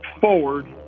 forward